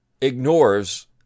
ignores